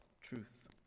truth